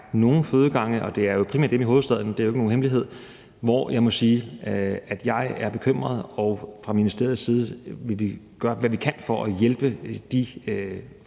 nogle fødegange, og det er primært dem i hovedstaden – det er jo ikke nogen hemmelighed – som jeg må sige jeg er bekymret for, og fra ministeriets side vil vi gøre, hvad vi kan, for at hjælpe de